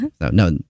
no